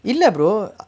இல்ல:illa brother